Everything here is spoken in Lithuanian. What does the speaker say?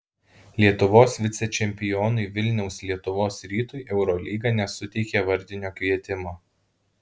lietuvos vicečempionui vilniaus lietuvos rytui eurolyga nesuteikė vardinio kvietimo